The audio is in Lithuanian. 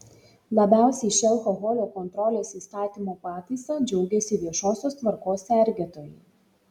labiausiai šia alkoholio kontrolės įstatymo pataisa džiaugiasi viešosios tvarkos sergėtojai